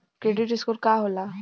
Credit score का होला?